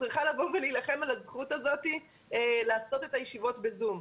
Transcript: צריכה להילחם על הזכות הזאת לעשות את הישיבות ב-זום.